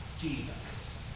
Jesus